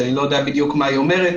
שאני לא יודע בדיוק מה היא אומרת.